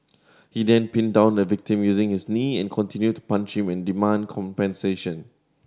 he then pinned down the victim using his knee and continued to punch him and demand compensation